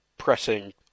Pressing